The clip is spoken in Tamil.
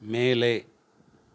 மேலே